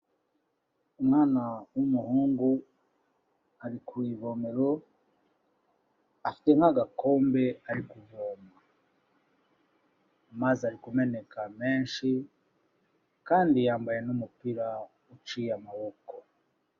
Umwana w'umuhungu ari ku ivomero afite n'agakombe ari kuvoma amazi ari kumeneka menshi kandi yambaye n'umupira uciye amaboko.